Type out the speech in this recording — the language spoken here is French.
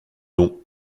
dons